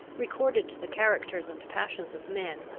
recorded the characters and passions of men,